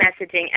messaging